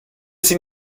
sie